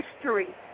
history